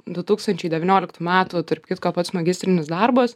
du tūkstančiai devynioliktų metų tarp kitko pats magistrinis darbas